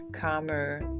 calmer